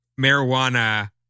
marijuana